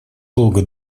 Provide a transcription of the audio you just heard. долго